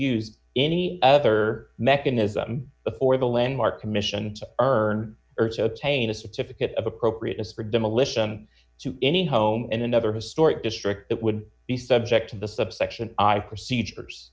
used any other mechanism or the landmark commission earned her to obtain a certificate of appropriateness for demolition to any home in another historic district that would be subject to the subsection i procedures